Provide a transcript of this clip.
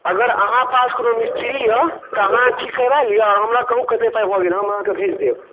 अगर अहाँ पास कोनो मिस्त्री यऽ तऽ अहाँ ठीक करा लिअ हमरा कहु कतेक पाइ भऽ गेल हम अहाँकऽ भेज देब